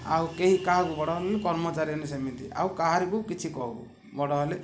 ଆଉ କେହି କାହାକୁ କର୍ମଚାରୀମାନେ ସେମିତି ଆଉ କାହାରିକୁ କିଛି କହୁ ବଡ଼ ହେଲେ